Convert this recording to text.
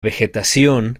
vegetación